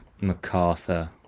MacArthur